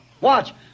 Watch